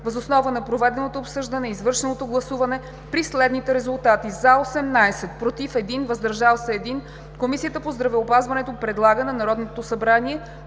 Въз основа на проведеното обсъждане и извършеното гласуване при следните резултати: „за” – 18, „против” – 1, „въздържал се” – 1, Комисията по здравеопазването предлага на Народното събрание